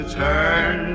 turn